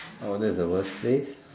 err that's the worst place